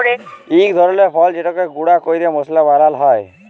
ইক ধরলের ফল যেটকে গুঁড়া ক্যরে মশলা বালাল হ্যয়